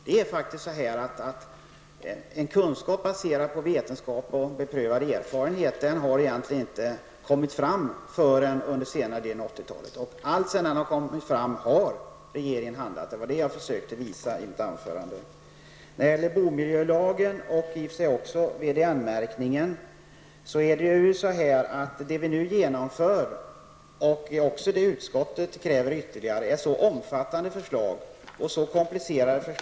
Det har egentligen inte kommit fram någon kunskap baserad på vetenskap och beprövad erfarenhet förrän under senare delen av 80-talet. Alltsedan dess har regeringen handlat och det försökte jag visa i mitt anförande. När det gäller bomiljölagen och VDN-märkningen är det som vi nu genomför och som utskottet kräver ytterligare av mycket omfattande och komplicerat.